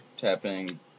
Tapping